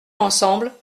ensemble